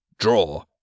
Draw